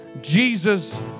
Jesus